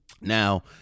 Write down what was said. Now